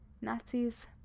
Nazis